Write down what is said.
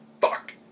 Fuck